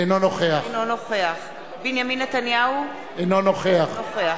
אינו נוכח בנימין נתניהו, אינו נוכח ברח.